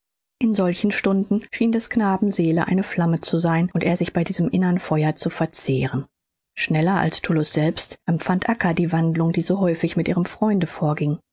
in solchen stunden schien des knaben seele eine flamme zu sein und er sich bei diesem innern feuer zu verzehren schneller als tullus selbst empfand acca die wandlung die so häufig mit ihrem freunde vorging